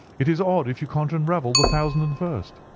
it is odd if you can't unravel the thousand and first.